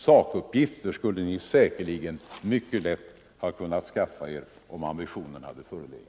Sakuppgifter skulle ni säkerligen mycket lätt ha kunna skaffa er om ambitionen hade funnits.